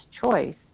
choice